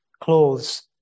clothes